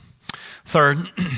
Third